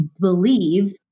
believe